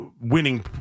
winning